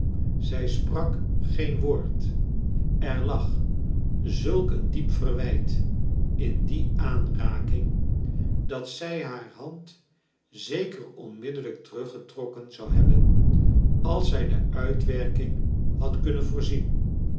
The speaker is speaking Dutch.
zij sprak geen woord er lag zulk een diep verwijt in die aanraking dat zij haar hand zeker onmiddellijk teruggetrokken zou hebben als zij de uitwerking had kunnen voorzien